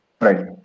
Right